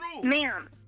Ma'am